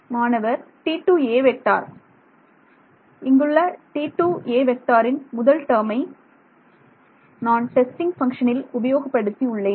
மாணவர் T2a இங்குள்ள T2a ன் முதல் டேர்மை அதை நான் டெஸ்டிங் பங்ஷனில் உபயோகப்படுத்தி உள்ளேன்